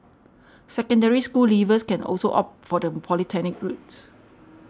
Secondary School leavers can also opt for the polytechnic route